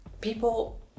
people